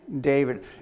David